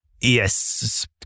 Yes